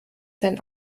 sein